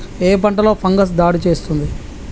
ఏ పంటలో ఫంగస్ దాడి చేస్తుంది?